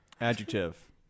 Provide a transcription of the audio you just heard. Adjective